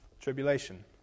tribulation